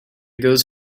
goes